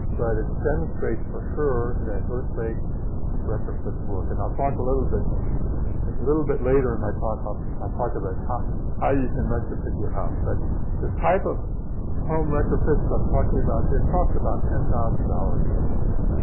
but it demonstrates for sure that earthquake retrofits work. and i'll talk a little bit a little bit later in my talk, i'll i'll talk about how how you can retrofit your house. but the type of home retrofits i'm talking about, they cost about ten thousand dollars per house.